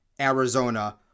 Arizona